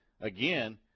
again